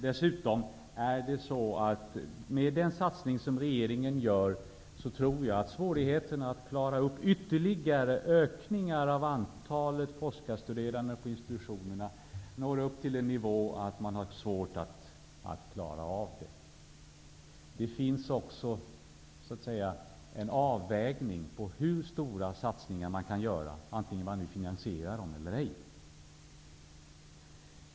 Dessutom tror jag att den satsning som regeringen gör medför att antalet forskarstuderande till institutionerna når en sådan nivå att det blir svårt att klara ytterligare ökningar. Det finns också en gräns för hur stora satsningar man kan göra, oavsett om man finansierar dem eller ej.